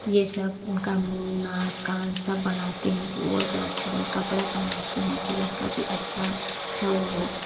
ये सब उनका मुँह नाक कान सब बनाते हैं कि वो सब अच्छा लगे कपड़ा पहनाते हैं कि वह उनका भी अच्छा सा हो